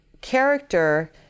character